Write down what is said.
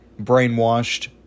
brainwashed